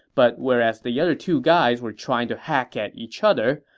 but whereas the other two guys were trying to hack at each other,